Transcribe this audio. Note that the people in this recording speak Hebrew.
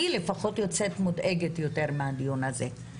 אני לפחות יוצאת מודאגת יותר מהדיון הזה.